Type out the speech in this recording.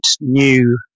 new